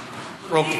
פעם.